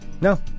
No